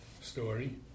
story